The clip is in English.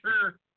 sure